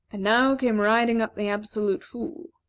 and now came riding up the absolute fool.